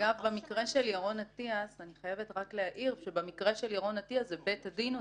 אני חייבת להעיר שבמקרה של ירון אטיאס בבית הדין בחיפה,